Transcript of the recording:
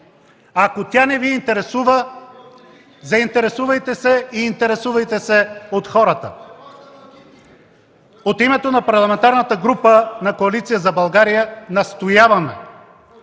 Ако тя не Ви интересува, заинтересувайте се от хората! От името на Парламентарната група на Коалиция за България настояваме